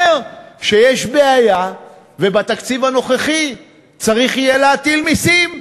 שיש בעיה ובתקציב הנוכחי צריך יהיה להטיל מסים.